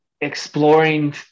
exploring